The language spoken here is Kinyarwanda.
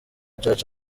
church